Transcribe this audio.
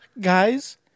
Guys